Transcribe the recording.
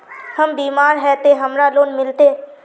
हम बीमार है ते हमरा लोन मिलते?